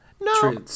No